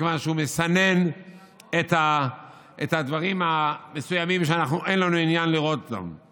מכיוון שהוא מסנן את הדברים המסוימים שאין לנו עניין לראות אותם.